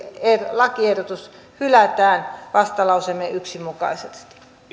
lakiehdotus hylätään vastalauseemme yksi mukaisesti